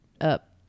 up